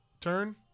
turn